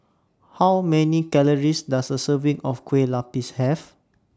How Many Calories Does A Serving of Kue Lupis Have